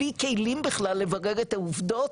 בלי כלים בכלל לברר את העובדות,